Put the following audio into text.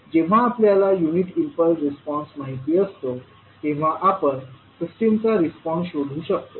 जेव्हा आपल्याला unit impulse response माहिती असतो तेव्हा आपण सिस्टमचा रिस्पॉन्स शोधू शकतो